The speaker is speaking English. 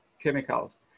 chemicals